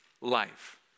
life